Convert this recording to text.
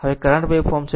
તેથી આ current waveform છે